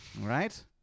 Right